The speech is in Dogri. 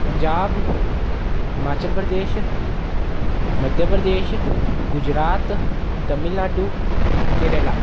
पंजाब हिमाचल प्रदेश मध्य प्रदेश गुजरात तमिलनाडु केरला